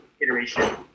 iteration